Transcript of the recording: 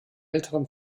älteren